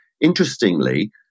Interestingly